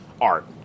art